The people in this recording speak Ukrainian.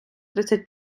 тридцять